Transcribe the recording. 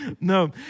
no